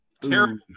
Terrible